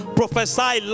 prophesy